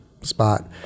spot